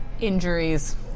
Injuries